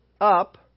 up